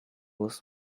was